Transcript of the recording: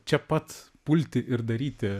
čia pat pulti ir daryti